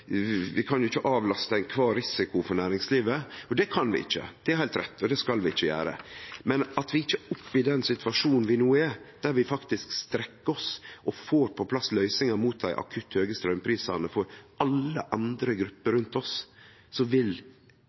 vi ikkje kan avlaste kvar risiko for næringslivet – og det kan vi ikkje, det er heilt rett, og det skal vi ikkje gjere – men oppe i den situasjonen vi no er i, der vi faktisk strekkjer oss og får på plass løysingar mot dei akutt høge straumprisane for alle andre grupper rundt oss, så vil